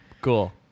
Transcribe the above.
Cool